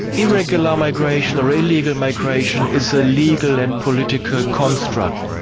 irregular migration or illegal migration is a legal and political construct.